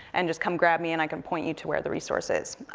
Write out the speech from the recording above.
and just come grab me, and i can point you to where the resource is.